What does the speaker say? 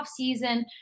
offseason